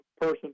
person